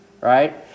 right